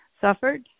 suffered